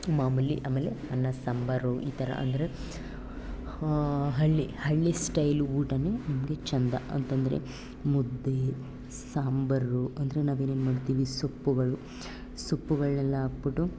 ಮಾಮೂಲಿ ಆಮೆಲೆ ಅನ್ನ ಸಾಂಬಾರು ಈ ಥರ ಅಂದರೆ ಹಳ್ಳಿ ಹಳ್ಳಿ ಸ್ಟಯ್ಲು ಊಟವೇ ನಮಗೆ ಚೆಂದ ಅಂತಂದ್ರೆ ಮುದ್ದೆ ಸಾಂಬಾರು ಅಂದರೆ ನಾವೇನು ಮಾಡ್ತೀವಿ ಸೊಪ್ಪುಗಳು ಸೊಪ್ಪುಗಳನ್ನೆಲ್ಲ ಹಾಕಿಬಿಟ್ಟು